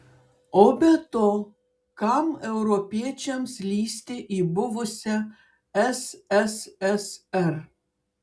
o be to kam europiečiams lįsti į buvusią sssr